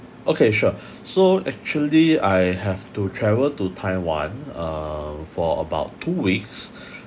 okay sure so actually I have to travel to taiwan uh for about two weeks